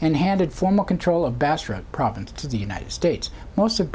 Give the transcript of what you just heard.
and handed former control of bastrop province to the united states most of